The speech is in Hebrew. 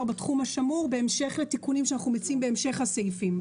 בתחום השמור" בעקבות התיקונים שאנחנו מציעים בהמשך הסעיפים.